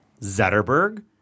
Zetterberg